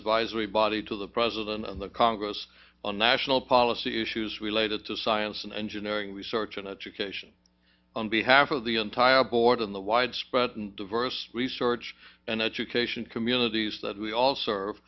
advisory body to the president of the congress on national policy issues related to science and engineering research and education on behalf of the entire board in the widespread and diverse research and education communities that we all serve